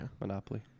Monopoly